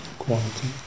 quality